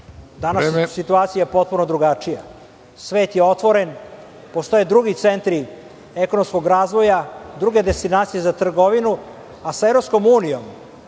je situacija potpuno drugačija. Svet je otvoren. Postoje drugi centri ekonomskog razvoja, druge destinacije za trgovinu, a sa EU treba